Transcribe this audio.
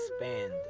Expand